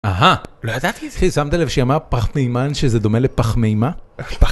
אהה! לא ידעתי את זה! אחי, שמת לב שהיא אמרה פחמימן, שזה דומה לפחמימה? פחמימה!